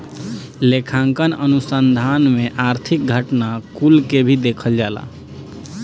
लेखांकन अनुसंधान में आर्थिक घटना कुल के भी देखल जाला